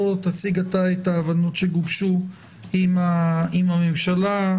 תציג את ההבנות שגובשו עם הממשלה.